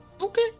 Okay